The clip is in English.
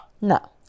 No